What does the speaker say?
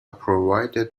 provided